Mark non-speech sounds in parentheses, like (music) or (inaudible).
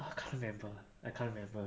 (laughs) I can't remember I can't remember